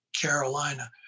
Carolina